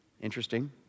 Interesting